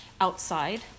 outside